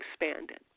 expanded